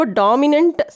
dominant